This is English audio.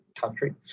country